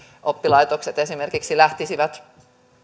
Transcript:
oppilaitokset esimerkiksi lähtisivät